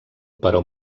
però